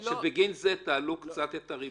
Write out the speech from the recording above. שבגין זה תעלו קצת את ריבית הפיגורים?